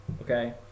Okay